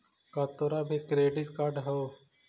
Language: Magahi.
का तोरा भीर क्रेडिट कार्ड हउ?